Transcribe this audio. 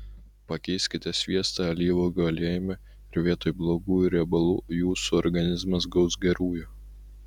pakeiskite sviestą alyvuogių aliejumi ir vietoj blogųjų riebalų jūsų organizmas gaus gerųjų